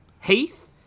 Heath